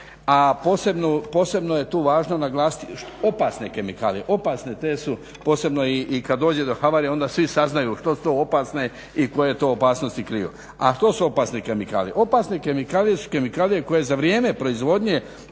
A posebno je tu važno naglasiti opasne kemikalije, opasne te su posebno i kada dođe do havarije onda svi saznaju što su to opasne i koje to opasnosti kriju. A što su opasne kemikalije? Opasne kemikalije su kemikalije koje za vrijeme proizvodnje